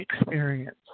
experience